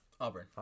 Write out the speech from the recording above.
Auburn